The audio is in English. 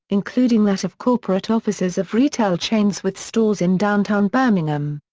including that of corporate officers of retail chains with stores in downtown birmingham.